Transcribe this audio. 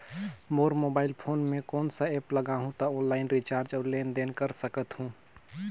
मोर mobile phone मे कोन सा एप्प लगा हूं तो ऑनलाइन रिचार्ज और लेन देन कर सकत हू?